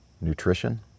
nutrition